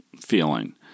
feeling